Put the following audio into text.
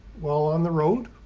well on the road.